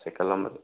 cycle ꯑꯃꯗ